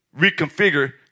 reconfigure